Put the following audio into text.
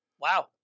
Wow